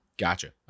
Gotcha